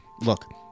Look